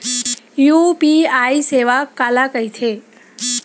UPI सेवा काला कइथे?